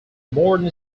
modern